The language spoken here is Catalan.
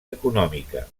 econòmica